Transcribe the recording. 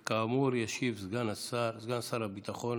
כאמור, ישיב סגן שר הביטחון